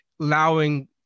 allowing